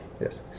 Yes